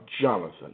Jonathan